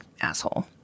asshole